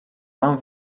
mam